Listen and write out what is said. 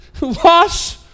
Wash